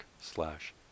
slash